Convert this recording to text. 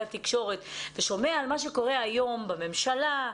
התקשורת ושומע על מה שקורה היום בממשלה,